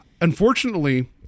unfortunately